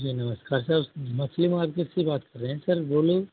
जी नमस्कार सर मछली मार्केट से बात कर रहें हैं सर बोलें